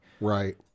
Right